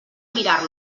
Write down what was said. mirar